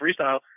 freestyle